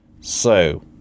So